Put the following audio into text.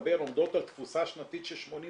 במצטבר עומדות על תפוסה שנתית של 85%